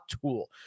tool